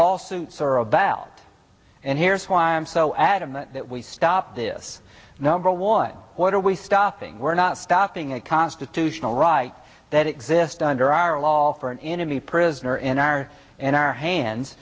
lawsuits are about and here's why i'm so adamant that we stop this number one what are we stopping we're not stopping a constitutional right that exist under our law for an enemy prisoner in our in our hands